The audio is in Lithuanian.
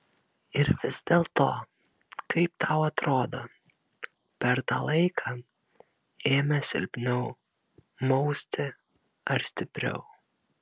ir vis dėlto kaip tau atrodo per tą laiką ėmė silpniau mausti ar stipriau